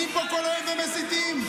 זה הבעיה שלכם.